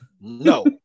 No